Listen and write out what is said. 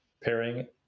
pairing